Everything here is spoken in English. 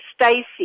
Stacy